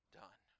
done